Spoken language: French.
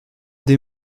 des